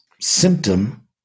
symptom